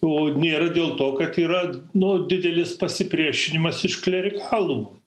o nėra dėl to kad yra nu didelis pasipriešinimas iš klerikalų